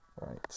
Right